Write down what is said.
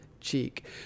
cheek